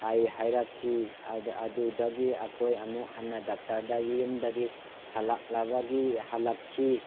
ꯍꯥꯏ ꯍꯥꯏꯔꯛꯈꯤ ꯑꯗꯨꯗꯒꯤ ꯑꯩꯈꯣꯏ ꯑꯃꯨꯛ ꯍꯟꯅ ꯗꯣꯛꯇꯔꯗꯒꯤ ꯌꯨꯝꯗꯒꯤ ꯍꯜꯂꯛꯂꯕꯒꯤ ꯍꯜꯂꯛꯈꯤ